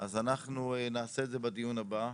אז אנחנו נעשה את זה בדיון הבא.